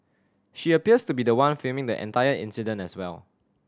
she appears to be the one filming the entire incident as well